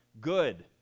good